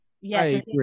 Yes